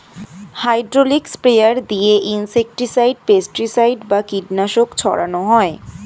hydraulic sprayer দিয়ে insecticide, pesticide বা কীটনাশক ছড়ান হয়